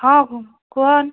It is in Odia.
ହଁ କୁହନ୍